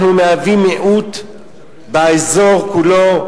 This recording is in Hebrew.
אנחנו מיעוט באזור כולו,